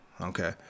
Okay